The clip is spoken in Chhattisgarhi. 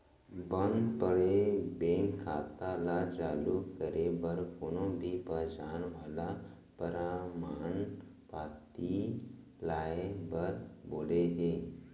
बंद पड़े बेंक खाता ल चालू करे बर कोनो भी पहचान वाला परमान पाती लाए बर बोले हे